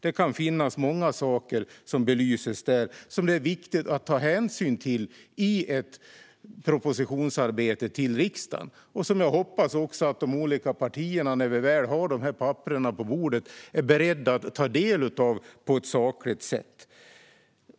Det kan finnas många saker som belyses där som är viktiga att ta hänsyn till i ett propositionsarbete till riksdagen. När vi väl har dessa papper på bordet hoppas jag att de olika partierna är beredda att på ett sakligt sätt ta del av dem.